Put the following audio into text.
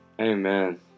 Amen